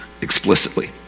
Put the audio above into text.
explicitly